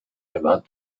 about